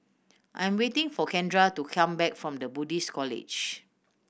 I'm waiting for Kendra to come back from The Buddhist College